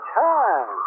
time